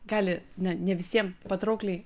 gali ne ne visiems patraukliai